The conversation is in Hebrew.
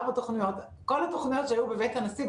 כל התוכניות שהיו בבית הנשיא,